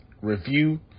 review